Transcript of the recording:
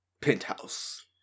penthouse